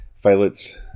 violet's